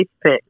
Pick